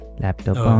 laptop